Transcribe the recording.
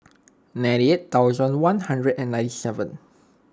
ninety eight thousand one hundred and ninety seven